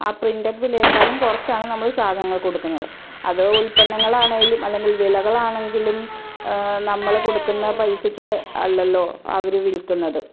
ആ പ്രിൻറ്റഡ് വിലയേക്കാലും കിയുറച്ചാണ് നമ്മള് സാധനങ്ങൾ കൊടുക്കുന്നത് അത് ഉൽപ്പന്നങ്ങളാണേലും അല്ലെങ്കിൽ വിലകളാണെങ്കിലും നമ്മള് കൊടുക്കുന്ന പൈസയ്ക്ക് അല്ലല്ലൊ അവര് വിൽക്കുന്നത്